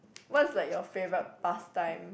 what's like your favourite pastime